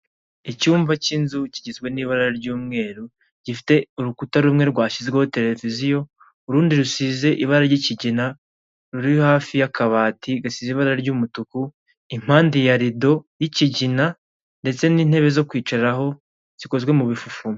Icyumba k'inzu kigizwe n'ibara ry'umweru, gifite urukuta rumwe rwashyizweho televiziyo, urundi rusize ibara ry'ikigina ruri hafi y'akabati gasize ibara ry'umutuku impande ya rido y'ikigina ndetse n'intebe zo kwicaraho zikozwe mu bifufumo.